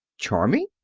charming!